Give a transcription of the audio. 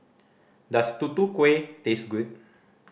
does Tutu Kueh taste good